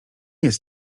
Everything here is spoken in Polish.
jest